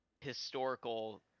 historical